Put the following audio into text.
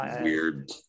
weird